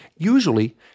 Usually